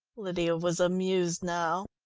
lydia was amused now.